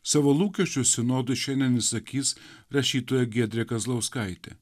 savo lūkesčius sinodui šiandien išsakys rašytoja giedrė kazlauskaitė